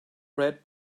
red